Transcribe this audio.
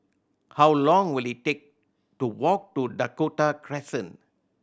how long will it take to walk to Dakota Crescent